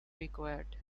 required